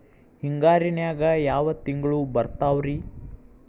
ಹಿಂಗಾರಿನ್ಯಾಗ ಯಾವ ತಿಂಗ್ಳು ಬರ್ತಾವ ರಿ?